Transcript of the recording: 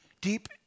deep